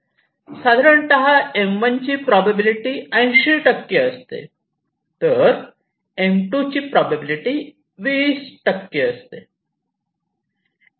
साधारणतः M1 ची probability 80 असते तर M2 ची प्रोबॅबिलिटी 20 असते